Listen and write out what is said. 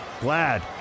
Glad